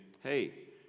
hey